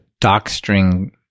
docstring